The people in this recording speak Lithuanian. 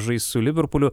žais su liverpuliu